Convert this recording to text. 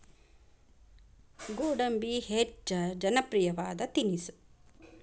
ಗೋಡಂಬಿ ಹೆಚ್ಚ ಜನಪ್ರಿಯವಾದ ತಿನಿಸು